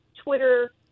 Twitter